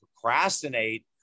procrastinate